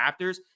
Raptors